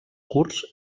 curts